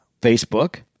Facebook